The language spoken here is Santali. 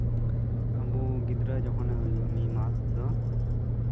ᱟᱵᱚ ᱜᱤᱫᱽᱨᱟᱹ ᱡᱚᱠᱷᱚᱱᱮ ᱦᱩᱭᱩᱜᱼᱟ ᱢᱤᱫ ᱢᱟᱥ ᱫᱚ